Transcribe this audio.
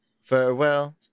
farewell